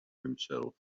himself